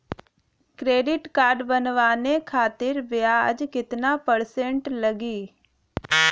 Credit card बनवाने खातिर ब्याज कितना परसेंट लगी?